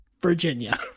Virginia